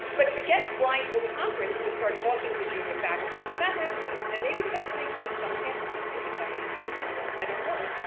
but forget flying to a conference to start talking to junior faculty. it's not happening and maybe it's happening at some campuses. maybe it's happening in senior campuses. i don't know.